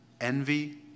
envy